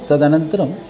तदनन्तरम्